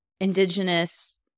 indigenous